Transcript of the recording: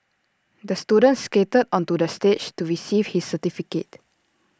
the student skated onto the stage to receive his certificate